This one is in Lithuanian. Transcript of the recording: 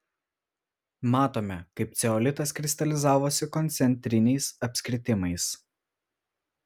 matome kaip ceolitas kristalizavosi koncentriniais apskritimais